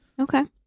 Okay